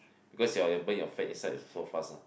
because your your burn your fat inside is so fast ah